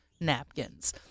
napkins